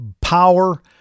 power